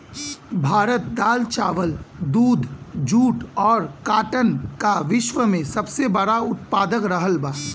भारत दाल चावल दूध जूट और काटन का विश्व में सबसे बड़ा उतपादक रहल बा